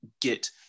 get